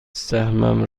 سهمم